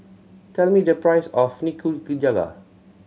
tell me the price of Nikujaga